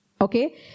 Okay